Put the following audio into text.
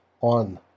on